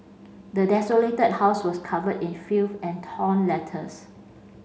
the desolated house was covered in filth and torn letters